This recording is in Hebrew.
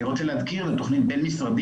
אני רוצה להזכיר, זו תוכנית בין-משרדית.